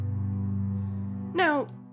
Now